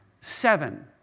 Seven